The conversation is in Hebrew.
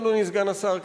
אדוני סגן השר,